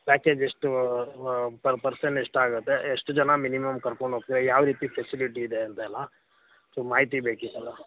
package ಎಷ್ಟು per person ಎಷ್ಟು ಆಗುತ್ತೆ ಎಷ್ಟು ಜನ ಮಿನಿಮಮ್ ಕರ್ಕೊಂಡು ಹೋಗ್ತೀರ ಯಾವ ರೀತಿ ಫೆಸಿಲಿಟಿ ಇದೆ ಅಂತೆಲ್ಲ ಸೊ ಮಾಹಿತಿ ಬೇಕಿತ್ತಲ್ಲ